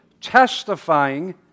testifying